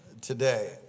today